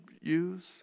use